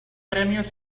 premios